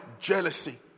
Jealousy